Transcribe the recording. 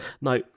Now